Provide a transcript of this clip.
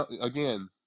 again